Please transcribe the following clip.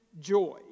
joy